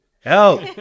help